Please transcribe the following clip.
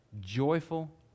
joyful